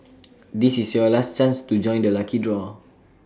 this is your last chance to join the lucky draw